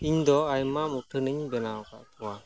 ᱤᱧᱫᱚ ᱟᱭᱢᱟ ᱢᱩᱴᱷᱟᱹᱱᱤᱧ ᱵᱮᱱᱟᱣ ᱟᱠᱟᱫ ᱠᱚᱣᱟ